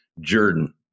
Jordan